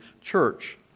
church